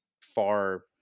far